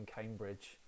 Cambridge